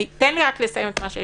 תן לי רק לסיים מה שיש לי להגיד.